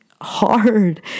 hard